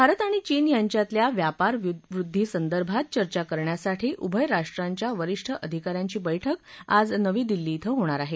भारत आणि चीन यांच्यातल्या व्यापारवृद्धीसंदर्भात चर्चा करण्यासाठी उभय राष्ट्रांच्या वरीष्ठ अधिका यांची बैठक आज नवी दिल्ली ध्वे होणार आहे